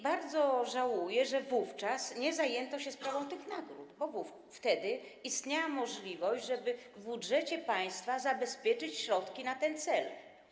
Bardzo żałuję, że wówczas nie zajęto się sprawą tych nagród, bo wtedy istniała możliwość, żeby w budżecie państwa zabezpieczyć środki na ten cel.